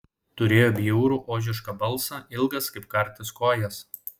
turėjo bjaurų ožišką balsą ilgas kaip kartis kojas